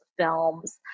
films